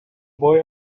boy